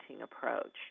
approach